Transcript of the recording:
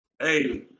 Hey